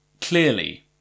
clearly